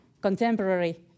contemporary